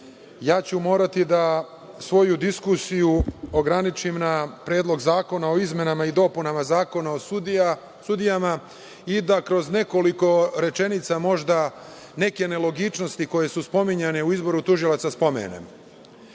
da, moraću svoju diskusiju ograničim na Predlog zakona o izmenama i dopunama Zakona o sudijama, i da kroz nekoliko rečenica, možda, neke nelogičnosti koje su spominjane u izboru tužilaca spomenem. Prema